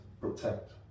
protect